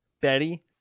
Betty